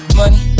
money